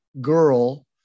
girl